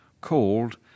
called